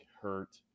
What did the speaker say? hurt